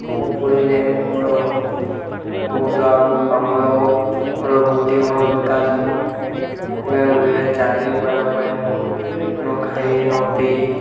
ମୁଁ ପଢ଼ିଲେ ମୋର ବହୁତ ଆଗକୁ କାମ ଦେବ ମୋର ବୁଦ୍ଧି ବଳ ବିକାଶ ହେବ ସେଥିପାଇଁ ମୁଁ ଇଏ ଚାକିରି ପାଇବା ପାଇଁ ମୁଁ ନଖାଇ ନପିଇ